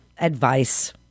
advice